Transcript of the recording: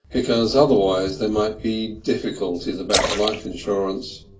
because otherwise there might be difficulties about the life insurance.